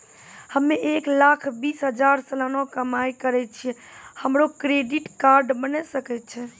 हम्मय एक लाख बीस हजार सलाना कमाई करे छियै, हमरो क्रेडिट कार्ड बने सकय छै?